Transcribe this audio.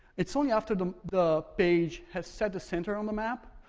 it's only after the the page has set a center on the map,